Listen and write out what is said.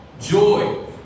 joy